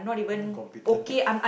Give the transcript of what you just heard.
not competent